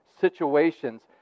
situations